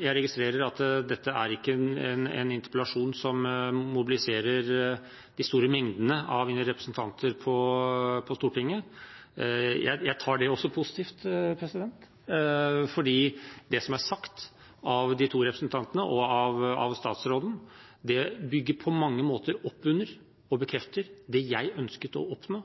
Jeg registrerer at dette ikke er en interpellasjon som mobiliserer de store mengdene av mine medrepresentanter på Stortinget. Jeg tar det også positivt, for det som er sagt av de to representantene og av statsråden, bygger på mange måter opp under og bekrefter det jeg ønsket å oppnå